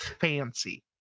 fancy